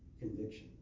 conviction